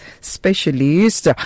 specialist